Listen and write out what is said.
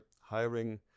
hiring